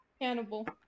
Cannibal